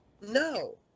No